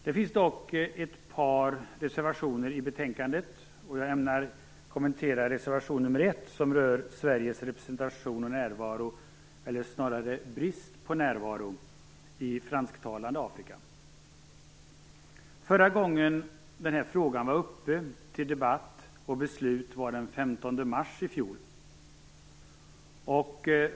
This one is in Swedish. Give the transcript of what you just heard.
Det finns dock ett par reservationer i betänkandet, och jag ämnar kommentera reservation nr 1, som rör Sveriges representation och närvaro, eller snarare brist på närvaro, i fransktalande Afrika. Förra gången denna fråga var uppe till debatt och beslut var den 15 mars i fjol.